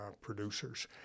producers